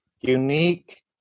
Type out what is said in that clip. unique